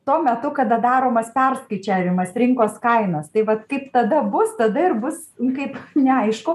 tuo metu kada daromas perskaičiavimas rinkos kainas taip vat kaip tada bus tada ir bus kaip neaišku